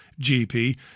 GP